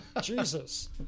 Jesus